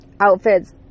outfits